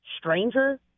stranger